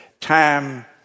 time